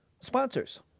sponsors